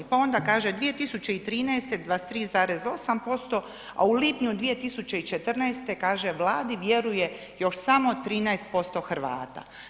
Pa onda kaže 2013. 23,8%, a u lipnju 2014. kaže vladi vjeruje još samo 13% Hrvata.